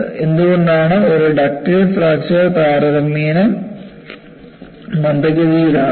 എന്തുകൊണ്ടാണ് ഒരു ductile fracture താരതമ്യേന മന്ദഗതിയിലാകുന്നത്